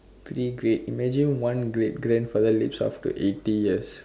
three great imagine one great grandfather lives up to eighty years